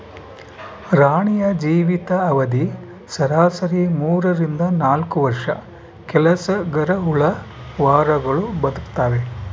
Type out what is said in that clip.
ರಾಣಿಯ ಜೀವಿತ ಅವಧಿ ಸರಾಸರಿ ಮೂರರಿಂದ ನಾಲ್ಕು ವರ್ಷ ಕೆಲಸಗರಹುಳು ವಾರಗಳು ಬದುಕ್ತಾವೆ